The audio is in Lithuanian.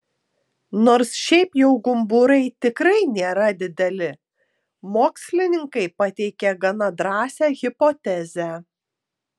nors šiaip jau gumburai tikrai nėra dideli mokslininkai pateikė gana drąsią hipotezę